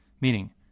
meaning